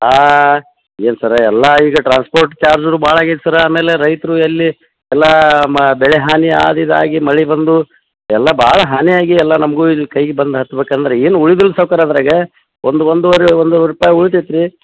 ಹಾಂ ಏನು ಸರ್ ಎಲ್ಲ ಈಗ ಟ್ರಾನ್ಸ್ಪೋರ್ಟ್ ಚಾರ್ಜುನೂ ಭಾಳ ಆಗ್ಯದ ಸರ್ ಆಮೇಲೆ ರೈತರು ಎಲ್ಲಿ ಎಲ್ಲ ಮ ಬೆಳೆ ಹಾನಿ ಅದಿದಾಗಿ ಮಳೆ ಬಂದು ಎಲ್ಲ ಭಾಳ ಹಾನಿ ಆಗಿ ಎಲ್ಲ ನಮಗೂ ಇಲ್ಲಿ ಕೈಗೆ ಬಂದು ಹತ್ಬೇಕು ಅಂದರೆ ಏನು ಉಳ್ಯೂದಿಲ್ಲ ಸೌಕಾರ್ರೆ ಅದರಾಗೆ ಒಂದು ಒಂದುವರೆ ಒಂದುವರೆ ರೂಪಾಯಿ ಉಳಿತೈತೆ ರೀ